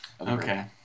Okay